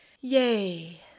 Yay